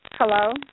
Hello